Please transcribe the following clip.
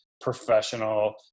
professional